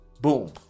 boom